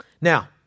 Now